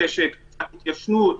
יש ועדת רישיונות,